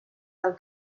del